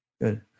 Good